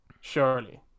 Surely